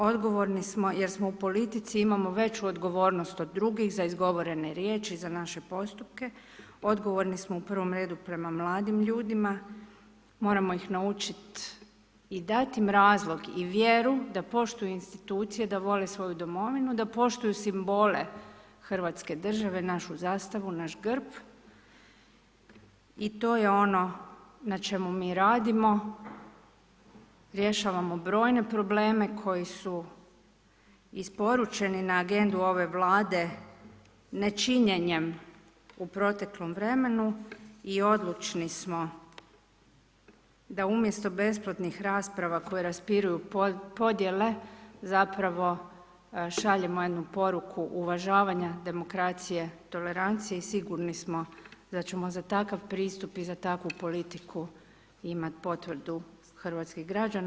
Odgovorni smo jer smo u politici, imamo veću odgovornost od drugih za izgovorene riječi, za naše postupke, odgovorni smo u prvom redu prema mladim ljudima, moramo ih naučiti i dat im razlog i vjeru da poštuju institucije, da vole svoju domovinu, da poštuju simbole hrvatske države, našu zastavu, naš grb i to je ono na čemu mi radimo, rješavamo brojne probleme koji su isporučeni na agendu ove Vlade nečinjenjem u proteklom vremenu i odlučni smo, da umjesto besplatnih rasprava koje raspiruju podjele zapravo šaljemo jednu poruku uvažavanja, demokracije, tolerancije i sigurni smo da ćemo za takav pristup i za takvu politiku imat potvrdu hrvatskih građana.